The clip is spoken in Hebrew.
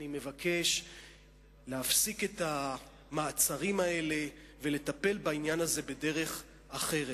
אני מבקש להפסיק את המעצרים האלה ולטפל בעניין הזה בדרך אחרת.